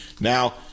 Now